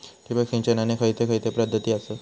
ठिबक सिंचनाचे खैयचे खैयचे पध्दती आसत?